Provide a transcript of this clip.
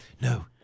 no